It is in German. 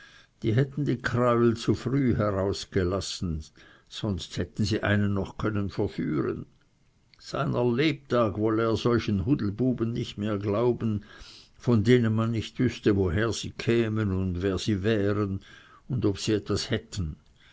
die hätten die kräuel zu früh hervorgelassen sonst hätten sie einen noch können verführen seiner lebtag wolle er solchen hudelbuben nicht mehr glauben von denen man nicht wüßte woher sie kämen und wer sie wären und ob sie etwas hätten